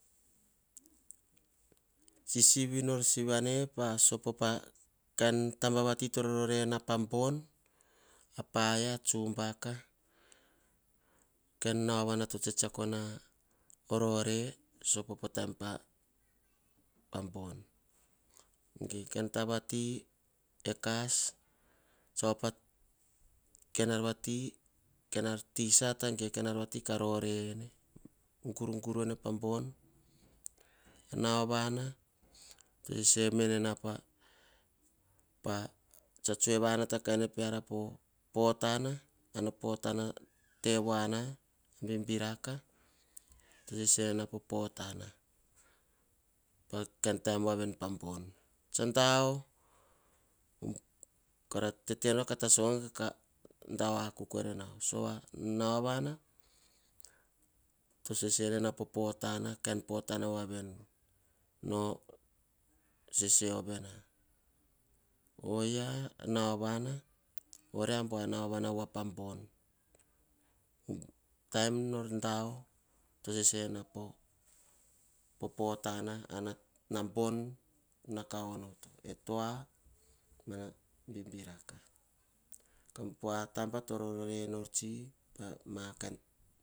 Sivi nor sivian tsuk ah taba via to rororena vabon, tsubaka, ah kain nauvana to tsetsakona oh rore pabon poh taim pah bon. Ge kain tabavati eh kas. Op atisata gur kah rore ene. Nauova tsa tsoe vanata kaina peara pana poh tana tevoawa, to sesena potana kain taim voaveni pah bon. Tetenora katasogafa kah dao akukoere nauo, to sese eneena poh kain potana voaveni. No sese ovena, oria-oria abuanauo vana pabon-taim nor tao, abon nao kah onoto. Eh tua mana bibiraka mataba to rorore nor tsi. Pah ma bon buar veri bon, bibiraka tsa daoh to sese na popota. Nano voava sopo voaveni poh kain taim pah bon, oyia rovaka tsisivi nor tsuk ataba rororena pah bon.